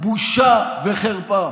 בושה וחרפה.